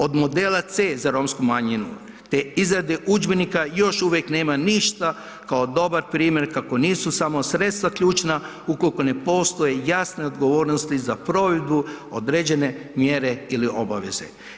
Od modela C za romsku manjinu, te izrade udžbenika još uvijek nema ništa kao dobar primjer kako nisu samo sredstva ključna ukolko ne postoje jasne odgovornosti za provedbu određene mjere ili obaveze.